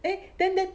eh then then